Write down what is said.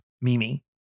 Mimi